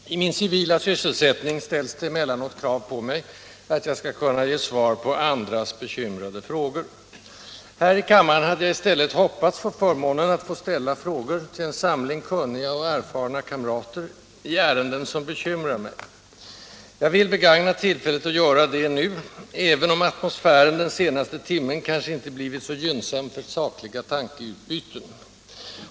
Herr talman! I min civila sysselsättning ställs det emellanåt krav på mig att jag skall kunna ge svar på andras bekymrade frågor. Här i kammaren hade jag i stället hoppats få förmånen att ställa frågor till en samling kunniga och erfarna kamrater i ärenden som bekymrar mig. Jag vill begagna tillfället att göra det, även om atmosfären den senaste timmen kanske inte blivit så gynnsam för sakliga tankeutbyten.